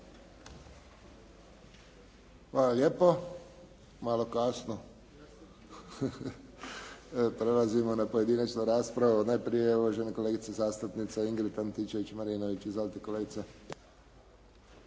Hvala lijepo. Malo kasno. Prelazimo na pojedinačnu raspravu. Najprije evo uvažene kolegice zastupnice Ingrid Antičević-Marinović. Izvolite kolegice.